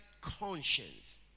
conscience